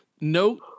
No